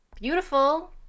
beautiful